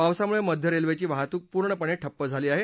पावसामुळे मध्य रेल्वेची वाहतूक पूर्णपणे ठप्प झाली आहे